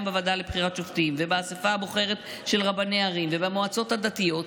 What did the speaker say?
בוועדה לבחירת שופטים ובאספה הבוחרת של רבני ערים ובמועצות הדתיות,